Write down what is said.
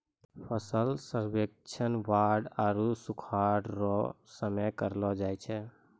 फसल सर्वेक्षण बाढ़ आरु सुखाढ़ रो समय करलो जाय छै